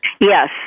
Yes